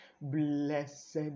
Blessed